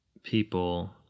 people